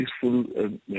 peaceful